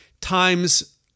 times